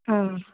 ಹಾಂ